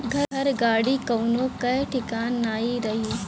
घर, गाड़ी कवनो कअ ठिकान नाइ रही